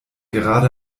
gerade